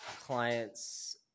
clients